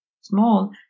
small